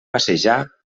passejar